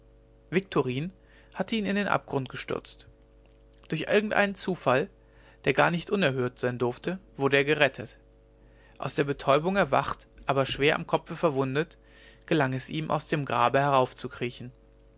viktorin hatte ihn in den abgrund gestürzt durch irgendeinen zufall der gar nicht unerhört sein durfte wurde er errettet aus der betäubung erwacht aber schwer am kopfe verwundet gelang es ihm aus dem grabe heraufzukriechen